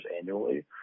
annually